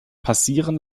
passieren